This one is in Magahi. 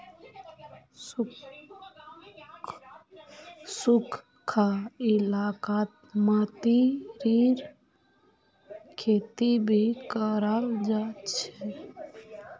सुखखा इलाकात मतीरीर खेती भी कराल जा छे